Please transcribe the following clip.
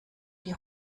die